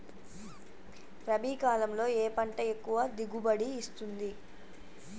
రబీ కాలంలో ఏ పంట ఎక్కువ దిగుబడి ఇస్తుంది?